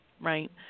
right